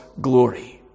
glory